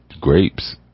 Grapes